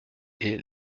est